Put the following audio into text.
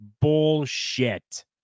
Bullshit